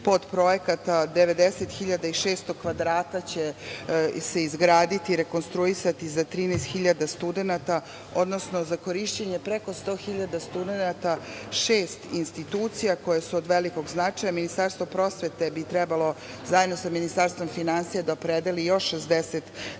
podprojekata, 90.600 kvadrata će se izgraditi, rekonstruisati za 13.000 studenata, odnosno za korišćenje preko 100.000 studenata šest institucija koje su od velikog značaja. Ministarstvo prosvete bi trebalo zajedno sa Ministarstvom finansija da opredeli još 60 miliona